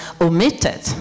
omitted